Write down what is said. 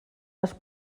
les